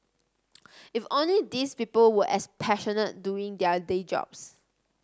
if only these people were as passionate doing their day jobs